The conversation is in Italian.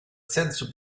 senso